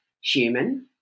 human